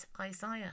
Isaiah